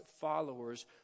followers